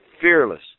fearless